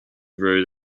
road